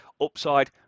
Upside